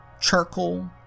charcoal